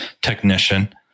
technician